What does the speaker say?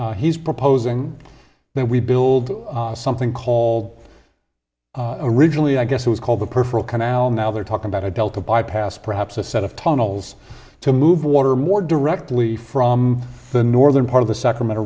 he's proposing that we build something called originally i guess it was called the perforate canal now they're talking about a delta bypass perhaps a set of tunnels to move water more directly from the northern part of the sacramento